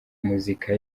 muzika